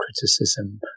criticism